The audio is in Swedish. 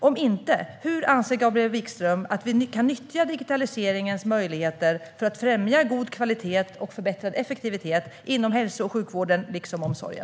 Om inte - hur anser Gabriel Wikström att vi kan nyttja digitaliseringens möjligheter för att främja god kvalitet och förbättrad effektivitet inom hälso och sjukvården liksom inom omsorgen?